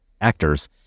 actors